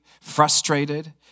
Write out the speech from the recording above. frustrated